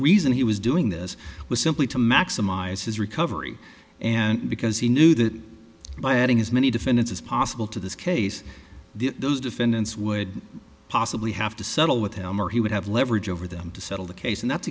reason he was doing this was simply to maximize his recovery and because he knew that by adding as many defendants as possible to this case the those defendants would possibly have to settle with him or he would have leverage over them to settle the case and that's